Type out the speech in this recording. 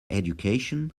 education